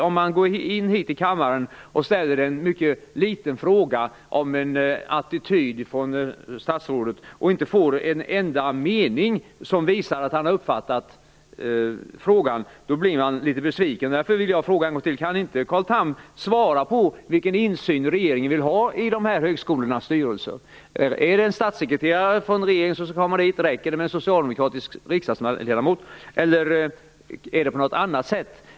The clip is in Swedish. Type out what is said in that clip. Om man går in hit i kammaren och ställer en mycket liten fråga om en attityd från statsrådet, och inte får en enda mening som visar att han har uppfattat frågan, blir man litet besviken. Därför vill jag fråga en gång till: Kan inte Carl Tham svara på vilken insyn regeringen vill ha i de här högskolornas styrelser? Skall en statssekreterare från regeringen komma dit, räcker det med en socialdemokratisk riksdagsledamot eller är det på något annat sätt?